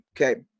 Okay